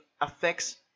affects